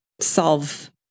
solve